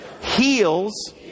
heals